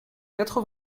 quatre